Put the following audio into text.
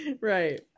Right